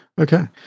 Okay